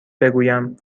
بگویم